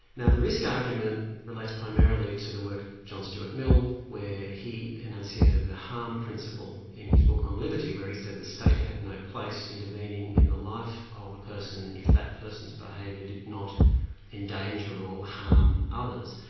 now the risk argument relates primarily to the work of john stuart mill, where he enunciated the harm principle in his book on liberty, where he said the state had no place intervening in the life of a person if that person's behaviour did not endanger or harm others.